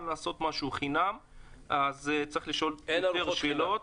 לעשות משהו חינם אז צריך לשאול יותר שאלות,